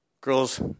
girls